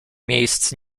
miejsc